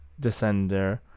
descender